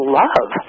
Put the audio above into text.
love